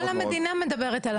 כל המדינה מדברת על החוק הזה,